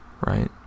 right